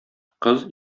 кыз